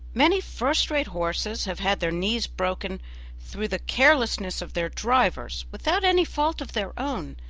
many first-rate horses have had their knees broken through the carelessness of their drivers without any fault of their own,